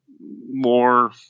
more